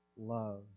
love